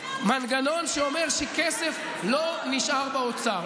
מנגנון שאומר שכסף לא נשאר באוצר.